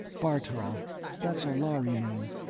bartol that's a lhari name.